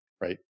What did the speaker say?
right